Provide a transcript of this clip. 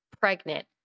Pregnant